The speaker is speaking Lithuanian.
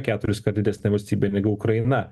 keturiskart didesnė valstybė negu ukraina